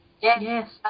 yes